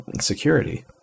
security